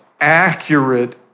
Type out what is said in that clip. accurate